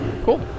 Cool